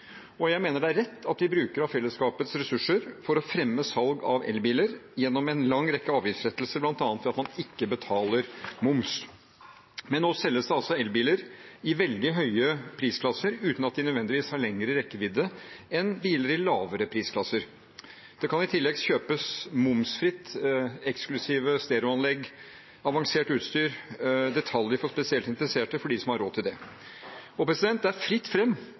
Jeg mener det er rett at vi bruker av fellesskapets ressurser for å fremme salg av elbiler gjennom en lang rekke avgiftslettelser, bl.a. ved at man ikke betaler moms. Men nå selges det altså elbiler i veldig høye prisklasser uten at de nødvendigvis har lengre rekkevidde enn biler i lavere prisklasser. Det kan i tillegg momsfritt kjøpes eksklusive stereoanlegg, avansert utstyr, detaljer for spesielt interesserte, for de som har råd til det. Det er fritt